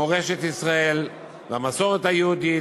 מורשת ישראל והמסורת היהודית,